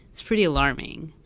it's pretty alarming.